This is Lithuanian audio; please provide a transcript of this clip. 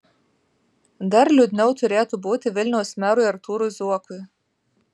dar liūdniau turėtų būti vilniaus merui artūrui zuokui